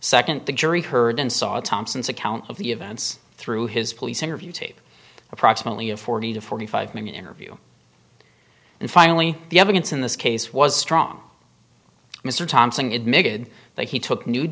second the jury heard and saw thompson's account of the events through his police interview tape approximately a forty to forty five minute interview and finally the evidence in this case was strong mr thompson admitted that he took nude